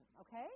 Okay